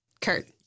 Kurt